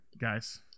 guys